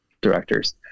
directors